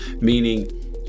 meaning